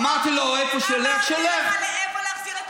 אדוני היושב-ראש, בג"ץ, למה, למה לא לשמוע?